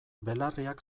belarriak